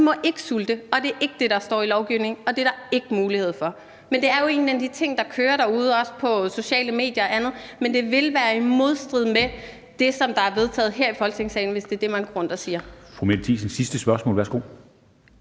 må ikke sulte; det er ikke det, der står i lovgivningen, og det er der ikke mulighed for. Det er jo en af de ting, der kører derude, også på sociale medier og andet, men det vil være i modstrid med det, som er vedtaget her i Folketingssalen, hvis det er det, man går rundt og siger.